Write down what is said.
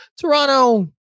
Toronto